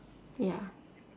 ya